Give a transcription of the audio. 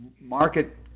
market